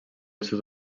sud